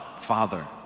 father